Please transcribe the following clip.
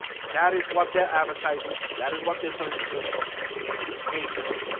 that is what they're advertising that is what they're selling to gamers game pass